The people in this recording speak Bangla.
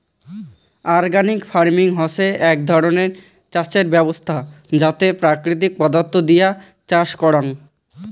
অর্গানিক ফার্মিং হসে এক ধরণের চাষের ব্যবছস্থা যাতে প্রাকৃতিক পদার্থ দিয়া চাষ করাং